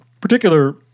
particular